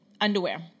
underwear